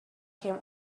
came